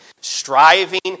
Striving